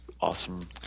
awesome